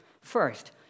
First